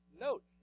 note